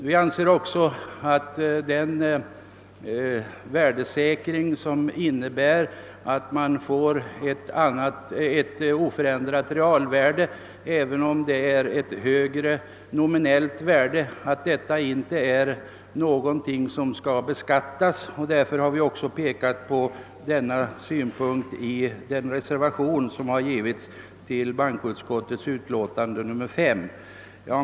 Vi anser också att den värdesäkring som innebär ett oförändrat realvärde, även om det är ett högre nominellt värde, inte är någonting som skall beskattas, och därför har vi också framfört denna synpunkt i reservationen till bankoutskottets utlåtande nr 5.